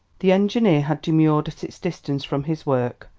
the engineer had demurred at its distance from his work,